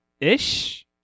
ish